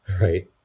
right